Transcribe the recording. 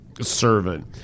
servant